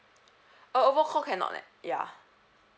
oh over call cannot leh ya